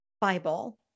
Bible